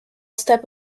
step